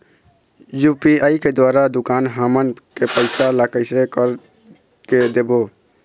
UPI के द्वारा दुकान हमन के पैसा ला कैसे कर के देबो?